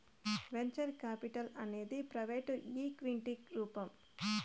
venture capital అనేది private ఈక్విటికి రూపం